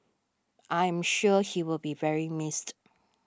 I am sure he will be very missed